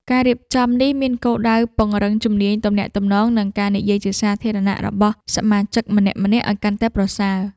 ការរៀបចំនេះមានគោលដៅពង្រឹងជំនាញទំនាក់ទំនង និងការនិយាយជាសាធារណៈរបស់សមាជិកម្នាក់ៗឱ្យកាន់តែប្រសើរ។